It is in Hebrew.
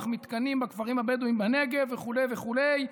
מתקנים בכפרים הבדואיים בנגב" וכו' וכו',